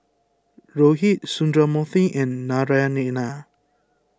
Rohit Sundramoorthy and Naraina